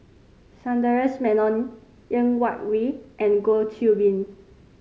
Sundaresh Menon Ng Yak Whee and Goh Qiu Bin